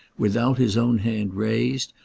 without his own hand raised,